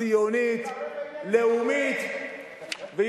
ציונית, מה אתה